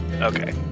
okay